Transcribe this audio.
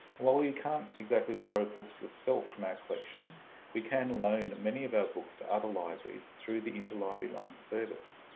while you can't exactly borrow books yourself from our collection we can loan many of our books to other libraries through the interlibrary loan service.